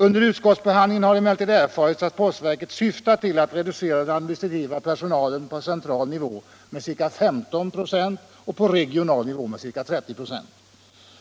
Under utskottsbehandlingen har emellertid erfarits att postverket syftar till att reducera den administrativa personalen på central nivå med ca 15 96 och på regional nivå med ca 30 25.